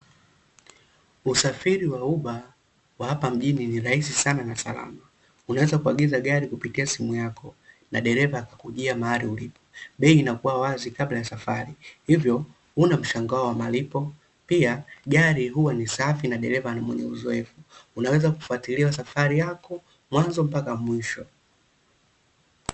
Usafiri wa Uber wa hapa mjini rahisi sana na salama, unaweza kuagiza gari kupitia simu yako na dereva akakujia mahali ulipo. BEI inakuwa wazi kabla ya safari hivyo huna mshangao wa malipo pia, gari huwa ni safi na dereva na mwenye uzoefu unaweza kufwatilia safari yako mwanzo mpaka mwisho.